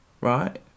Right